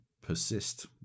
persist